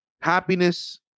happiness